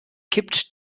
kippt